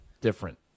different